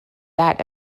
that